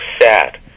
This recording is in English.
sad